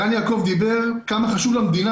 ערן יעקב דיבר על כמה חשובים למדינה